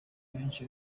benshi